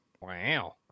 Wow